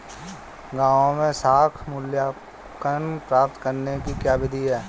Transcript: गाँवों में साख मूल्यांकन प्राप्त करने की क्या विधि है?